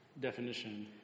definition